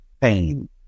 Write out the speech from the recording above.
pain